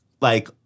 like-